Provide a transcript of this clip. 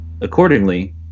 Accordingly